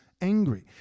angry